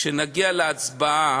כשנגיע להצבעה,